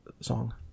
song